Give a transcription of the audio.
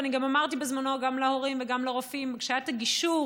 ואני אמרתי בזמנו גם להורים וגם לרופאים כשהיה הגישור